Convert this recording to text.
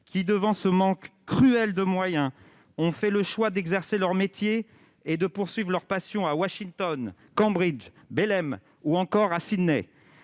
qui, devant ce manque cruel de moyens, ont fait le choix d'exercer leur métier et de vivre leur passion à Washington, à Cambridge, à Belém ou encore à Sydney.